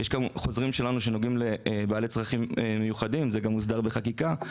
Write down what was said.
יש גם חוזרים שלנו שנוגעים לבעלי צרכים מיוחדים וזה גם מוסדר בחקיקה.